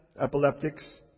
epileptics